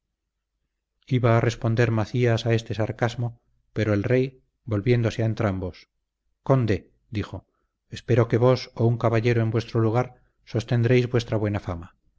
iba a responder macías a este sarcasmo pero el rey volviéndose a entrambos conde dijo espero que vos o un caballero en vuestro lugar sostendréis vuestra buena fama